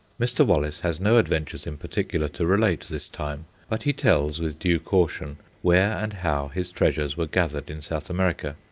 mr. wallace has no adventures in particular to relate this time, but he tells, with due caution, where and how his treasures were gathered in south america.